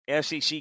SEC